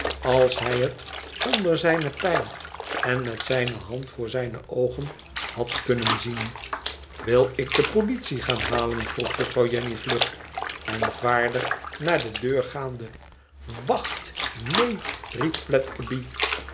als hij het onder zijne pijn en met zijne hand voor zijne oogen had kunnen zien wil ik de politie gaan halen vroeg juffrouw jenny vlug en vaardig naar de deur gaande wacht neen riep